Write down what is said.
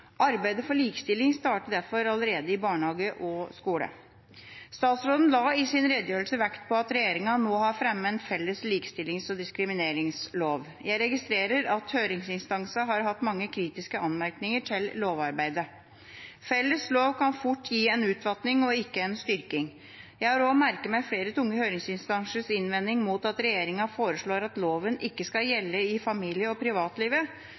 Arbeidet for likestilling starter derfor allerede i barnehage og skole. Statsråden la i sin redegjørelse vekt på at regjeringa nå har fremmet en felles likestillings- og diskrimineringslov. Jeg registrerer at høringsinstansene har hatt mange kritiske anmerkninger til lovarbeidet. Felles lov kan fort gi en utvanning og ikke en styrking. Jeg har også merket meg flere tunge høringsinstansers innvending mot at regjeringa foreslår at loven ikke skal gjelde i familie- og privatlivet,